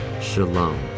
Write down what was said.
shalom